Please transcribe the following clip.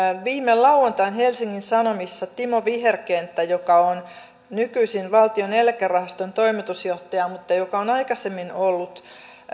viime lauantain helsingin sanomissa timo viherkenttä joka on nykyisin valtion eläkerahaston toimitusjohtaja mutta joka on aikaisemmin ollut